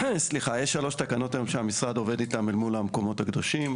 יש שלוש תקנות היום שהמשרד עובד איתם אל מול המקומות הקדושים.